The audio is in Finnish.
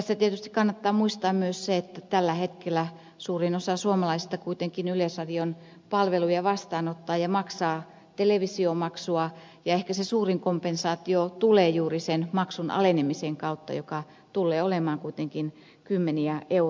tässä tietysti kannattaa muistaa myös se että tällä hetkellä suurin osa suomalaisista kuitenkin yleisradion palveluja vastaanottaa ja maksaa televisiomaksua ja ehkä se suurin kompensaatio tulee juuri sen maksun alenemisen kautta joka tulee olemaan kuitenkin kymmeniä euroja